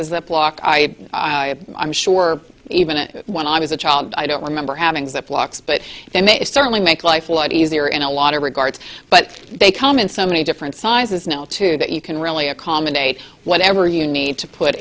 the block i i'm sure even when i was a child i don't remember having that blocks but then they certainly make life a lot easier in a lot of regards but they come in so many different sizes now too that you can really accommodate whatever you need to put